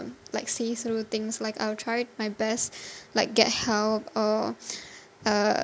like see through things like I'll try my best like get help or uh